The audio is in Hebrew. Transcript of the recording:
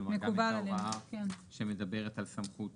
כלומר גם את ההוראה שמדברת על סמכות